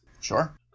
Sure